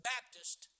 Baptist